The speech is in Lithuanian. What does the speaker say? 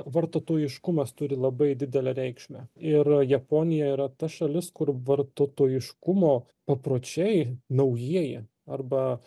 vartotojiškumas turi labai didelę reikšmę ir japonija yra ta šalis kur vartotojiškumo papročiai naujieji arba